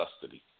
custody